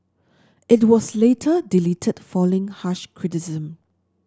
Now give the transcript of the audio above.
it was later deleted following harsh criticism